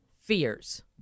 fears